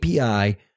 API